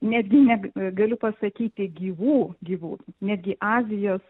netgi ne galiu pasakyti gyvų gyvūnų netgi azijos